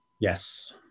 Yes